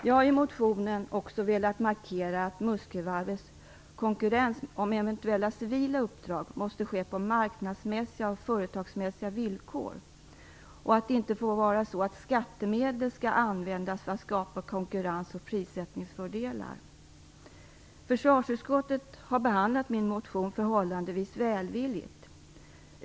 Jag har i motionen också velat markera att Muskövarvets konkurrens om eventuella civila uppdrag måste ske på marknadsmässiga och företagsmässiga villkor och att det inte får vara så att skattemedel används för att skapa konkurrens och prissättningsfördelar. Försvarsutskottet har behandlat motionen förhållandevis välvilligt.